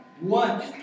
One